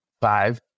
five